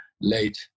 late